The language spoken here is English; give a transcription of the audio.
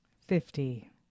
Fifty